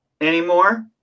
anymore